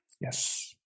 Yes